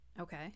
Okay